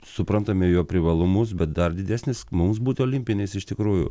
suprantame jo privalumus bet dar didesnis mums būtų olimpinis iš tikrųjų